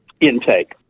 intake